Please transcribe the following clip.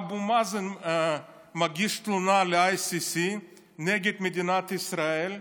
אבו מאזן מגיש תלונה ל-ICC נגד מדינת ישראל,